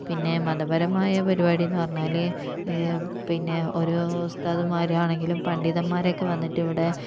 പിന്നെ മതപരമായ പരിപാടി എന്ന് പറഞ്ഞാല് പിന്നെ ഓരോ ഉസ്താദ്മാരാണെങ്കിലും പണ്ഡിതൻമാരൊക്കെ വന്നിട്ട് ഇവിടെ